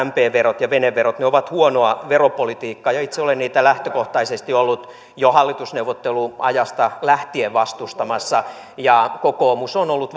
mp verot ja veneverot ovat huonoa veropolitiikkaa ja itse olen niitä lähtökohtaisesti ollut jo hallitusneuvotteluajasta lähtien vastustamassa ja kokoomus on ollut